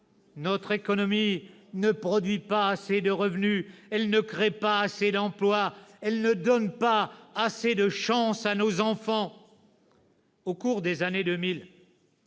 Notre économie ne produit pas assez de revenus, elle ne crée pas assez d'emplois, elle ne donne pas assez de chances à nos enfants. « Au cours des années 2000,